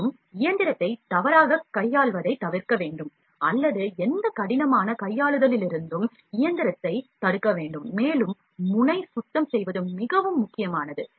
மேலும் இயந்திரத்தை தவறாக கையாள்வதைத் தவிர்க்க வேண்டும் அல்லது எந்த கடினமான கையாளுதலிலிருந்தும் இயந்திரத்தைத் தடுக்க வேண்டும் மேலும் முனை சுத்தம் செய்வது மிகவும் முக்கியமானது